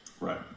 right